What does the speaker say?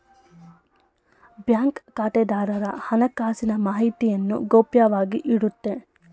bank ಖಾತೆದಾರರ ಹಣಕಾಸಿನ ಮಾಹಿತಿಯನ್ನು ಗೌಪ್ಯವಾಗಿ ಇಡುತ್ತೆ